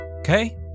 Okay